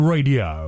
Radio